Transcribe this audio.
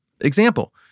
Example